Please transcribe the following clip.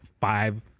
five